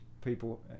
people